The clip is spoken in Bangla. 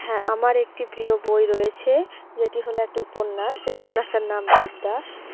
হ্যাঁ আমার একটি প্রিয় বই রয়েছে যেটি হলো একটি উপন্যাস সে উপন্যাসের নাম দেবদাস